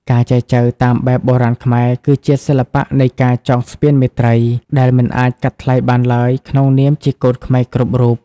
ការចែចូវតាមបែបបុរាណខ្មែរ គឺជា "សិល្បៈនៃការចងស្ពានមេត្រី" ដែលមិនអាចកាត់ថ្លៃបានឡើយ ក្នុងនាមជាកូនខ្មែរគ្រប់រូប។